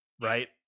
right